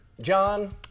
John